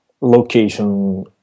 location